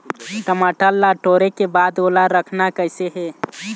टमाटर ला टोरे के बाद ओला रखना कइसे हे?